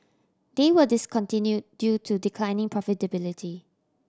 they were discontinued due to declining profitability